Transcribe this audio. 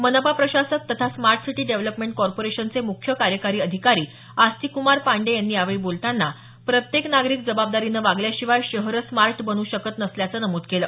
मनपा प्रशासक तथा स्मार्ट सिटी डेव्हलपमेंट कॉर्पोरेशनचे मुख्य कार्यकारी अधिकारी अस्तिक कुमार पांडेय यांनी यावेळी बोलताना प्रत्येक नागरिक जबाबदारीनं वागल्याशिवाय शहरं स्मार्ट बन् शकत नसल्याचं नमूद केलं